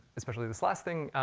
especially this last thing,